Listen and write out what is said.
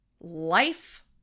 Life